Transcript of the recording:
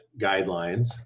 guidelines